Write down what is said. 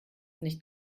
nicht